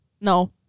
No